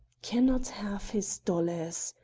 can not have his dollars!